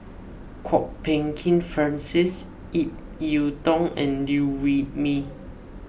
Kwok Peng Kin Francis Ip Yiu Tung and Liew Wee Mee